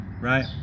right